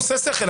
עושה שכל,